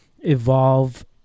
evolve